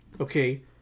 okay